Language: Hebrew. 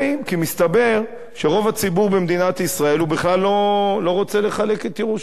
כי מסתבר שרוב הציבור במדינת ישראל בכלל לא רוצה לחלק את ירושלים.